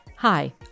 Hi